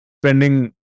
spending